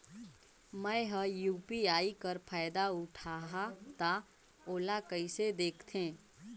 मैं ह यू.पी.आई कर फायदा उठाहा ता ओला कइसे दखथे?